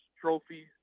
Trophy